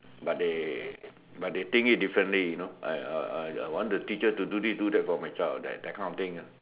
but they but they think it differently you know I I I want the teacher to do this do that for my child that that kind of thing ah